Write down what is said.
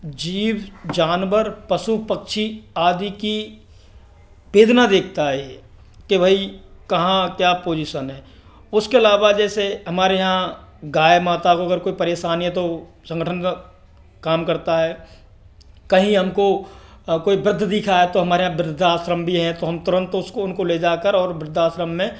जीव जानवर पशु पक्षी आदि की वेदना देखता है ये के भई कहाँ क्या पोजिशन है उसके अलावा जैसे हमारे यहाँ गाय माता को अगर कोई परेशानी है तो संगठन का काम करता है कहीं हमको कोई वृद्ध दिख रहा है तो हमारे यहाँ वृद्धाश्रम भी है तो हम तुरंत उसको उनको ले जाकर और वृद्धाश्रम में